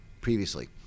previously